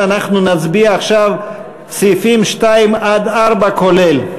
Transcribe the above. אנחנו נצביע עכשיו על סעיפים 2 4 כולל.